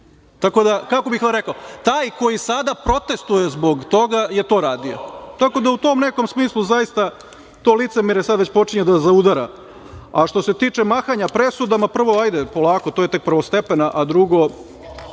Kako bih vam rekao, taj koji sada protestuje zbog toga je to radio. Tako da u tom nekom smislu zaista, to licemerje sada već počinje da zaudara. Što se tiče mahanja presudama, polako, to je tek prvostepena, a drugo,